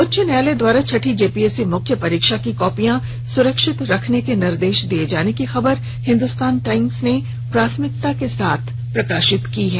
उच्च न्यायालय द्वारा छठी जपीएससी मुख्य परीक्षा की कॉपियां सुरक्षित रखने के निर्देश दिये जाने की खबर को हिन्दुस्तान ने प्राथमिकता के साथ प्रकाशित किया है